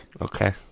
Okay